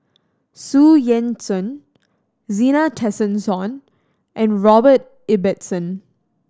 Xu Yuan Zhen Zena Tessensohn and Robert Ibbetson